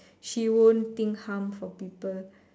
she won't think harm for people